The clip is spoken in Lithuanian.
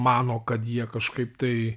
mano kad jie kažkaip tai